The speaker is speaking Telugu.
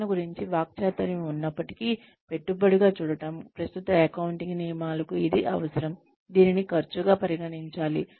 శిక్షణ గురించి వాక్చాతుర్యం ఉన్నప్పటికీ పెట్టుబడిగా చూడటం ప్రస్తుత అకౌంటింగ్ నియమాలకు ఇది అవసరం దీనిని ఖర్చుగా పరిగణించాలి